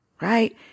Right